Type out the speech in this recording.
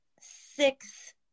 six